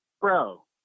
Bro